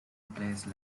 place